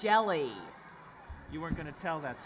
jelly you were going to tell that